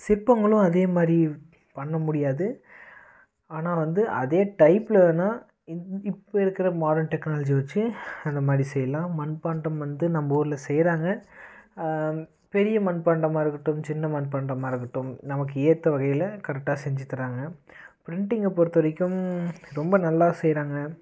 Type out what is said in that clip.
சிற்பங்களும் அதேமாதிரி பண்ண முடியாது ஆனால் வந்து அதே டைப்பில் வேணா இந் இப்போ இருக்கிற மாடன் டெக்னாலஜி வச்சு அந்தமாதிரி செய்யலாம் மண்பாண்டம் வந்து நம்ம ஊரில் செய்யுறாங்க பெரிய மண்பாண்டமாக இருக்கட்டும் சின்ன மண்பாண்டமாக இருக்கட்டும் நமக்கு ஏற்ற வகையில் கரெக்டாக செஞ்சு தராங்க பிரிண்டிங்கை பொறுத்தவரைக்கும் ரொம்ப நல்லா செய்றாங்க